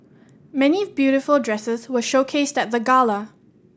many beautiful dresses were showcased at the gala